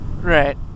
Right